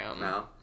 No